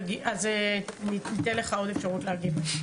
אז ניתן לך עוד אפשרות להגיב.